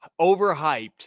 overhyped